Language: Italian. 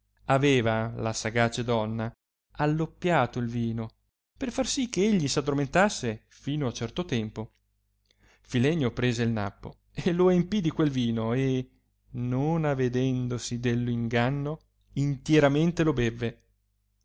aveva la sagace donna alloppiato il vino per far che egli s addormentasse fino a certo tempo filenio prese il nappo e lo empì di quel vino e non avedendosi dell inganno intieramente lo beve